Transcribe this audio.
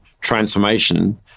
transformation